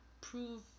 prove